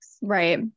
Right